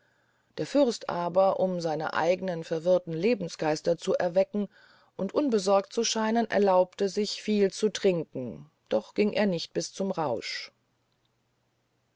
der fürst aber um seine eignen verwirrten lebensgeister zu erwecken und unbesorgt zu scheinen erlaubte sich viel zu trinken doch ging er nicht bis zum rausch